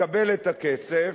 מקבל את הכסף,